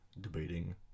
debating